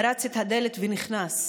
פרץ את הדלת ונכנס.